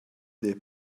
they